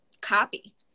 copy